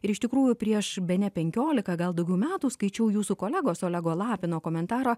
ir iš tikrųjų prieš bene penkiolika gal daugiau metų skaičiau jūsų kolegos olego lapino komentarą